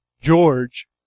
George